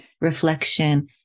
reflection